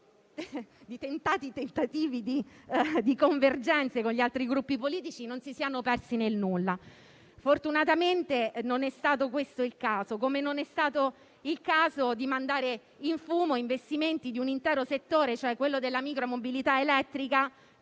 di tentativi di convergenze con gli altri gruppi politici non si siano persi nel nulla. Fortunatamente, non è stato questo il caso, come non è stato il caso di mandare in fumo investimenti di un intero settore, cioè quello della micromobilità elettrica